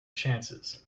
chances